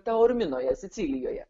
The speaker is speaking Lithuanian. teorminoje sicilijoje